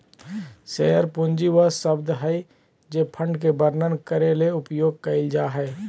share पूंजी वह शब्द हइ जे फंड के वर्णन करे ले उपयोग कइल जा हइ